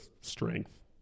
strength